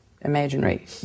imaginary